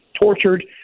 tortured